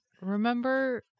remember